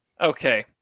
Okay